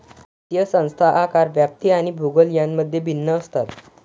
वित्तीय संस्था आकार, व्याप्ती आणि भूगोल यांमध्ये भिन्न असतात